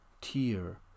tier